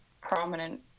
prominent